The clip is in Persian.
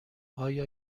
آیا